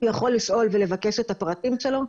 הוא יכול לשאול ולבקש את הפרטים שלו,